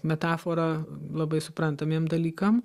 metafora labai suprantamiem dalykam